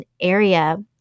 area